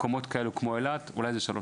במקומות כמו אילת זה אולי 3%,